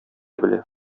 белә